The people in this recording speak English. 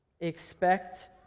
Expect